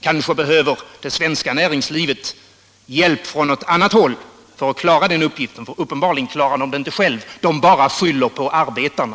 Kanske behöver det svenska näringslivet hjälp från något annat håll för att klara uppgiften. Uppenbarligen klarar man den inte själv, utan man bara skyller på arbetarna.